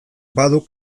badu